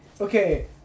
okay